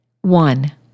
One